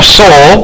soul